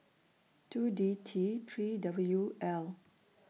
two D T three W L